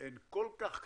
הן כל כך קטנות,